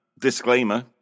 disclaimer